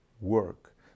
work